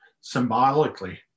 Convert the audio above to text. symbolically